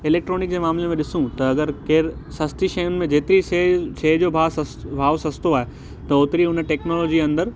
electronic जे मामले में ॾिसूं त अगरि केर सस्ती शयुंनि में जेतिरी शइ शइ जो भाव सस भाव सस्तो आहे त ओतिरी उन टेक्नोलॉजी अंदरि